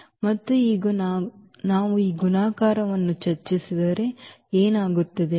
ಮತ್ತು ಈಗ ನಾವು ಈ ಗುಣಾಕಾರವನ್ನು ಚರ್ಚಿಸಿದರೆ ಏನಾಗುತ್ತದೆ